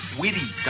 witty